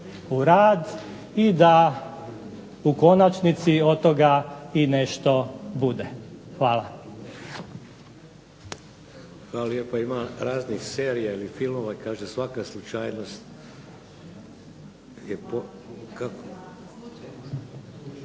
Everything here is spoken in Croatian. u rad i da u konačnici od toga i nešto bude. Hvala.